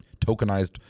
tokenized